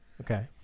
Okay